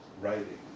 writing